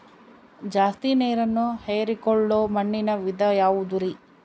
ಜಾಸ್ತಿ ನೇರನ್ನ ಹೇರಿಕೊಳ್ಳೊ ಮಣ್ಣಿನ ವಿಧ ಯಾವುದುರಿ?